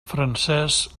francesc